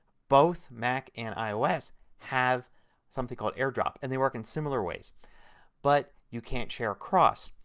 both mac and ios have something called airdrop and they work in similar ways but you can't share across.